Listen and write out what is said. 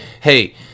hey